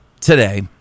Today